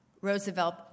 Roosevelt